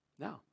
No